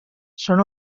són